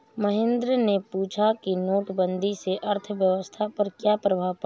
महेंद्र ने पूछा कि नोटबंदी से अर्थव्यवस्था पर क्या प्रभाव पड़ा